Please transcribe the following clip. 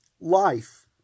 life